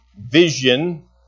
vision